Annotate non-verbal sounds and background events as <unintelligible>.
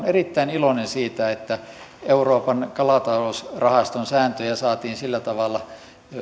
<unintelligible> erittäin iloinen siitä että euroopan kalatalousrahaston sääntöjä saatiin sillä tavalla